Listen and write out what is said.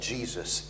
Jesus